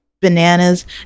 bananas